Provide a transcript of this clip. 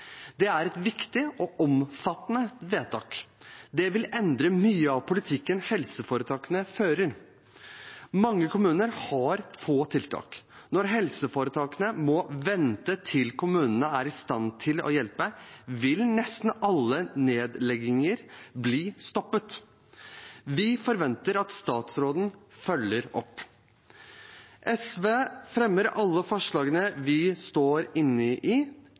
Det er et viktig og omfattende vedtak. Det vil endre mye av politikken helseforetakene fører. Mange kommuner har få tiltak. Når helseforetakene må vente til kommunene er i stand til å hjelpe, vil nesten alle nedlegginger bli stoppet. Vi forventer at statsråden følger opp. Jeg tar opp SVs forslag. SV